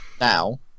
Now